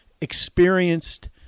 experienced